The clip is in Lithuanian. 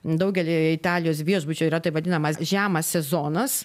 daugelyje italijos viešbučių yra taip vadinamas žemas sezonas